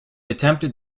attempted